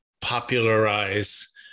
popularize